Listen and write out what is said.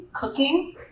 cooking